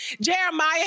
Jeremiah